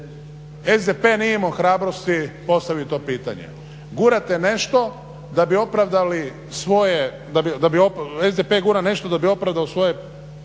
SDP nije imao hrabrosti postaviti to pitanje. Gurate nešto da bi opravdali svoje, SDP gura nešto da bi opravdao svoje